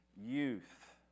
youth